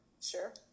sure